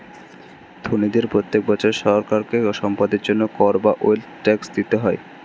ধনীদের প্রত্যেক বছর সরকারকে সম্পদের জন্য কর বা ওয়েলথ ট্যাক্স দিতে হয়